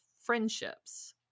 friendships